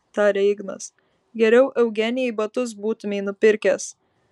tarė ignas geriau eugenijai batus būtumei nupirkęs